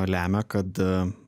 lemia kad